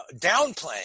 downplaying